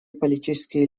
политические